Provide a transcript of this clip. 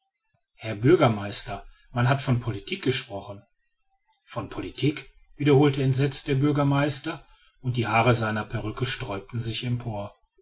herr bürgermeister man hat von politik gesprochen von politik wiederholte entsetzt der bürgermeister und die haare seiner perrücke sträubten sich empor